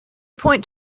point